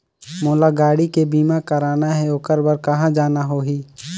मोला गाड़ी के बीमा कराना हे ओकर बार कहा जाना होही?